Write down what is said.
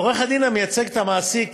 עורך-הדין המייצג את המעסיק